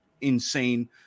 insane